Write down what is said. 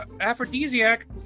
aphrodisiac